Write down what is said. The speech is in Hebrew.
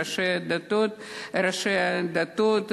ראשי הדתות,